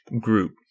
group